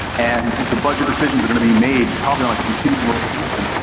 and the budget decisions are gonna be made probably on a continuing resolution.